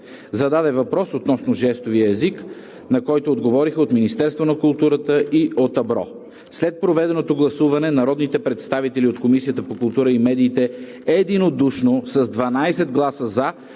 зададе въпрос относно жестовия език, на който отговориха от Министерството на културата и АБРО. След проведено гласуване народните представители от Комисията по културата и медиите единодушно с 12 гласа „за“